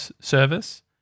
service